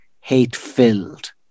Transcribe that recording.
hate-filled